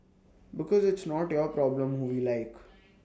because it's not your problem who we like